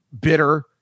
bitter